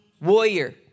warrior